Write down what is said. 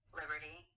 liberty